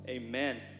Amen